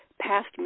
past